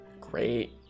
Great